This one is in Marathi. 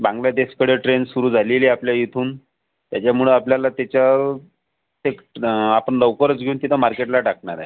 बांगलादेशकडे ट्रेन सुरू झालेली आहे आपल्याइथून त्याच्यामुळे आपल्याला तेच्या एक आपण लवकरच घेऊन तिथे मार्केटला टाकणार आहे